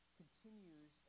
continues